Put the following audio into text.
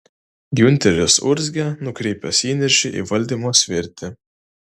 giunteris urzgė nukreipęs įniršį į valdymo svirtį